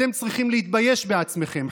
אתם צריכים להתבייש בעצמכם,